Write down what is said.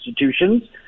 institutions